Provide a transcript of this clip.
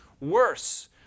worse